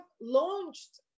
launched